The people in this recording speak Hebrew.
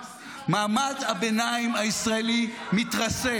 ממש, מעמד הביניים הישראלי מתרסק.